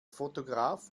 fotograf